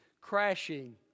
crashing